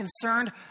concerned